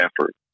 effort